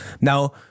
Now